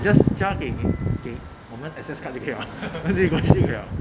just 加给 new 给我们 access card 就可以吗